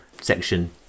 section